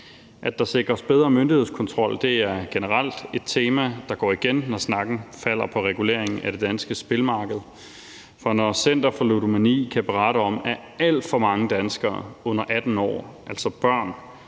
At der sikres bedre myndighedskontrol, er generelt et tema, der går igen, når snakken falder på reguleringen af det danske spilmarked, for når Center for Ludomani kan berette om, at alt for mange danskere under 18 år, altså børn,